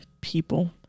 people